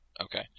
Okay